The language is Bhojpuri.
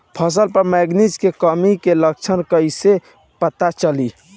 फसल पर मैगनीज के कमी के लक्षण कईसे पता चली?